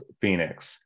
phoenix